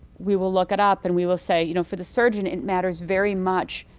we will look it up and we will say, you know, for the surgeon it matters very much